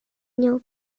nią